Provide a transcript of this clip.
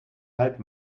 halt